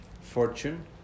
fortune